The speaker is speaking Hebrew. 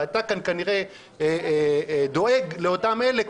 ואתה כאן כנראה דואג לאותם אלה,